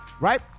right